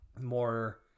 more